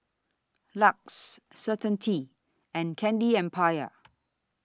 LUX Certainty and Candy Empire